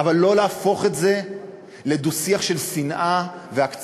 אבל לא להפוך את זה לדו-שיח של שנאה והקצנה.